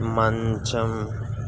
మంచం